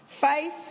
Faith